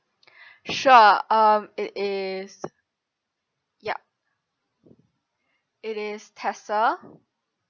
sure um it is yup it is tessa